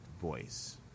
voice